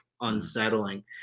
unsettling